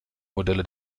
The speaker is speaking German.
modelle